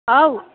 हउ